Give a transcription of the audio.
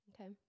Okay